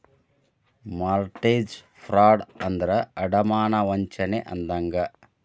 mortgage fraud ಅಂದ್ರ ಅಡಮಾನ ವಂಚನೆ ಅಂದಂಗ